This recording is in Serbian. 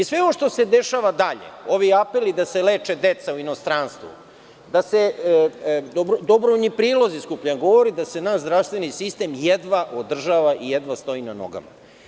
Sve ovo što se dešava dalje, ovi apeli da se leče deca u inostranstvu, da se dobrovoljni prilozi skupljaju, govorida se naš zdravstveni sistem jedva održava i jedna stoji na nogama.